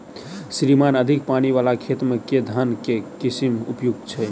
श्रीमान अधिक पानि वला खेत मे केँ धान केँ किसिम उपयुक्त छैय?